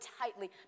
tightly